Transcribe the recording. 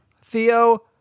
Theo